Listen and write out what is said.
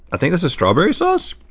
i think this is strawberry sauce?